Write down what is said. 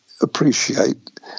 appreciate